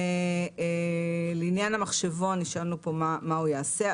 לעניין המחשבון, נשאלו מה יעשה.